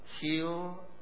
Heal